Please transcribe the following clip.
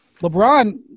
lebron